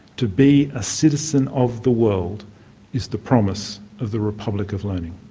to be a citizen of the world is the promise of the republic of learning